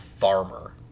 Farmer